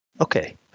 Okay